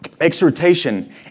exhortation